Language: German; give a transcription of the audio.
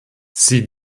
sie